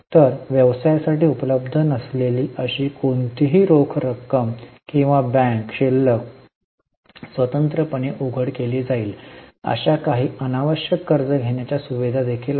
तर व्यवसायासाठी उपलब्ध नसलेली अशी कोणतीही रोख रक्कम किंवा बँक शिल्लक स्वतंत्रपणे उघड केली जाईल अशा काही अनावश्यक कर्ज घेण्याच्या सुविधा देखील आहेत